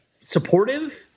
supportive